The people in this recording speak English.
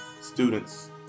students